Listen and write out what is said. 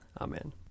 Amen